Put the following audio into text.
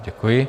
Děkuji.